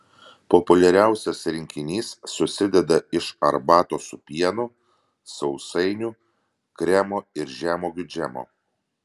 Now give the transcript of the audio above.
populiariausias rinkinys susideda iš arbatos su pienu sausainių kremo ir žemuogių džemo